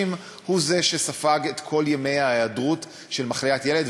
הוא שספג את כל ימי ההיעדרויות בשל מחלת ילד,